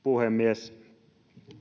puhemies